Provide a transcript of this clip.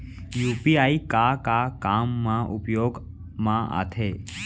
UPI का का काम मा उपयोग मा आथे?